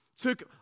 took